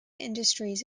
industries